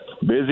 Busy